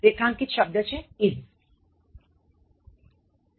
રેખાંકિત શબ્દ છે is 6